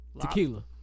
Tequila